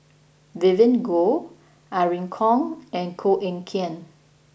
Vivien Goh Irene Khong and Koh Eng Kian